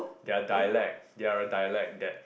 they are dialect they are a dialect that